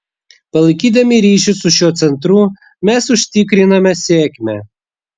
palaikydami ryšį su šiuo centru mes užsitikriname sėkmę